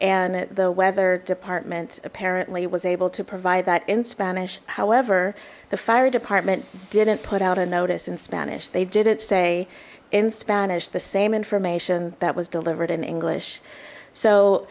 and the weather department apparently was able to provide that in spanish however the fire department didn't put out a notice in spanish they didn't say in spanish the same information that was delivered in english so